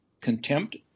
contempt